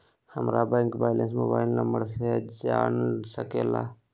हमारा bank balance mobile number से जान सके ला?